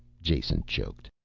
jason choked.